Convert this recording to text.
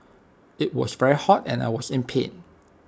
IT was very hot and I was in pain